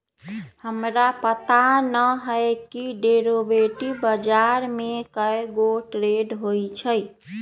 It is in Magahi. हमरा पता न हए कि डेरिवेटिव बजार में कै गो ट्रेड होई छई